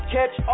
Catch